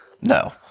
No